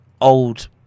old